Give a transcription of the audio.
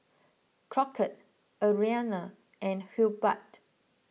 Crockett Arianna and Hubbard